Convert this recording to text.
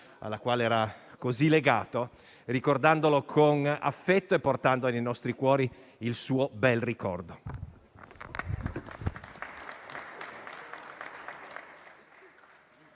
alla quale era tanto legato, ricordandolo con affetto e portando nei nostri cuori il suo bel ricordo.